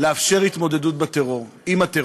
לאפשר התמודדות עם הטרור.